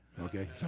okay